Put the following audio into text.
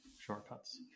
shortcuts